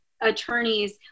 attorneys